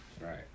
Right